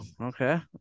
Okay